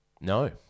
No